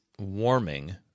Warming